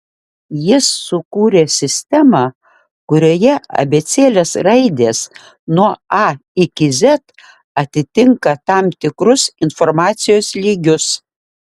jis sukūrė sistemą kurioje abėcėlės raidės nuo a iki z atitinka tam tikrus informacijos lygius